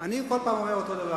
כל פעם אתה אומר את אותו דבר.